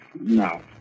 no